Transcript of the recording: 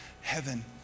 heaven